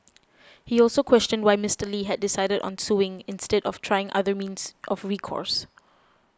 he also questioned why Mister Lee had decided on suing instead of trying other means of recourse